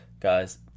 Guys